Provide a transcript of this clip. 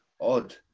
odd